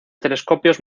telescopios